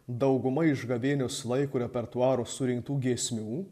dauguma iš gavėnios laiko repertuaro surinktų giesmių